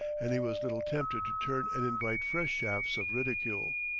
and he was little tempted to turn and invite fresh shafts of ridicule.